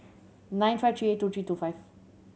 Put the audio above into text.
nine five three eight two three two five